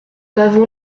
avons